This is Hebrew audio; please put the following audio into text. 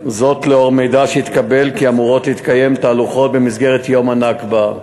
לאור מידע שהתקבל שאמורות להתקיים תהלוכות במסגרת יום הנכבה.